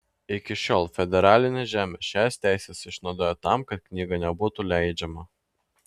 iki šiol federalinė žemė šias teises išnaudojo tam kad knyga nebūtų leidžiama